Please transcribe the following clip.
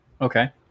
Okay